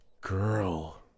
girl